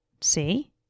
See